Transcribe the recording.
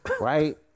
Right